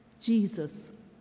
Jesus